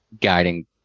guiding